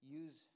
use